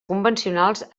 convencionals